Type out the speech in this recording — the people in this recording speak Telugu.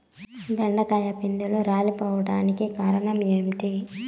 బెండకాయ పిందెలు రాలిపోవడానికి కారణం ఏంటి?